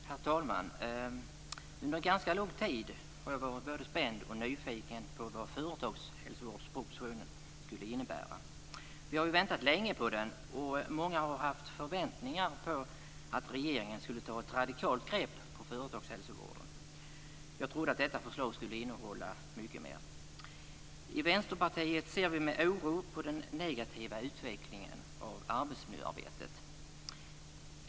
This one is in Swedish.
Herr talman! Under ganska lång tid har jag varit både spänd och nyfiken på vad företagshälsovårdspropositionen skulle innebära. Vi har väntat länge på den, och många har haft förväntningar på regeringen och hoppats att den skulle ta ett radikalt grepp om företagshälsovården. Jag trodde att detta förslag skulle innehålla mycket mer. I Vänsterpartiet ser vi med oro på den negativa utvecklingen vad gäller arbetsmiljöarbetet.